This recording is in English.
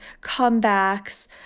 comebacks